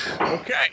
Okay